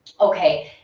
Okay